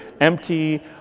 empty